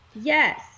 yes